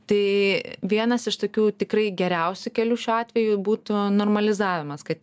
tai vienas iš tokių tikrai geriausi kelių šiuo atveju būtų normalizavimas kad